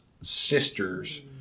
sister's